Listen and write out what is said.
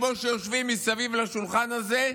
כמו שיושבים מסביב לשולחן הזה,